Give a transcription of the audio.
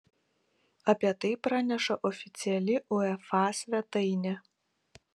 apie tai praneša oficiali uefa svetainė